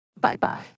Bye-bye